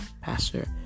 Pastor